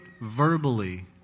verbally